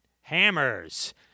Hammers